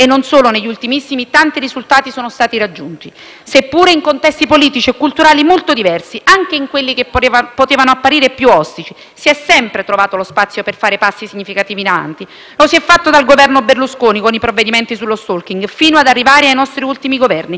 seppure in contesti politici e culturali molto diversi; anche in quelli che potevano apparire più ostici, si è sempre trovato lo spazio per fare passi significativi in avanti. Lo si è fatto da parte del Governo Berlusconi, con i provvedimenti sullo *stalking*, fino ad arrivare ai nostri ultimi Governi, che hanno impresso una decisa accelerazione a questo percorso.